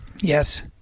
yes